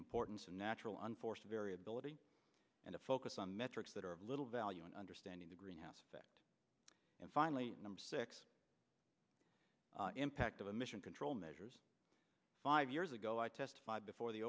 importance of natural unforced variability and a focus on metrics that are of little value in understanding the greenhouse effect and finally number six impact of a mission control measures five years ago i testified before the